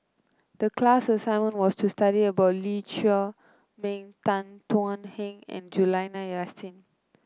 the class assignment was to study about Lee Chiaw Meng Tan Thuan Heng and Juliana Yasin